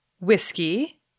whiskey